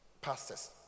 pastors